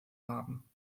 haben